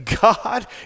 God